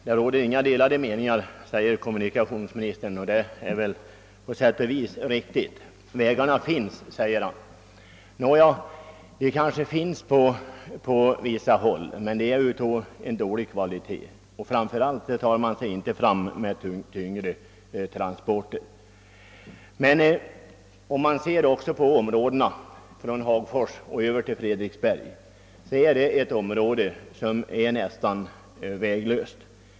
Herr talman! Det är på sätt och vis riktigt att det inte råder några delade meningar. Statsrådet säger nu att vägarna redan finns. Det är också riktigt när det gäller vissa områden, men vä garna är av dålig kvalitet och framför allt inte framkomliga med tyngre transporter. Området mellan Hagfors och Fredriksberg är nästan väglöst.